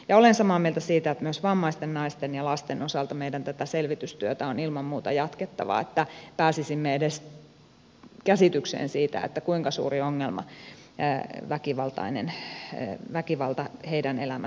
ja olen samaa mieltä siitä että myös vammaisten naisten ja lasten osalta meidän on tätä selvitystyötä ilman muuta jatkettava että pääsisimme edes käsitykseen siitä kuinka suuri ongelma väkivalta heidän elämässään on